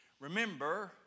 Remember